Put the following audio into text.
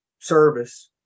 service